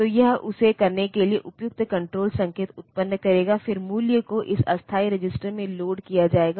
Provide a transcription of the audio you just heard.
तो यह उसे करने के लिए उपयुक्त कण्ट्रोल संकेत उत्पन्न करेगा फिर मूल्य को इस अस्थायी रजिस्टर में लोड किया जाएगा